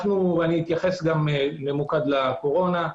אתייחס גם לקורונה.